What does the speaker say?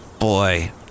Boy